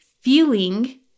feeling